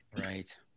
Right